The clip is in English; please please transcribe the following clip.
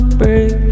break